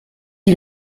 die